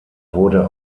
wurde